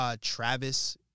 Travis